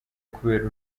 kubera